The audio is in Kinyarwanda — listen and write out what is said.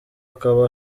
akaba